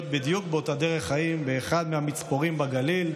בדיוק באותה דרך חיים באחד מהמצפורים בגליל,